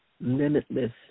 limitless